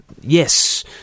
yes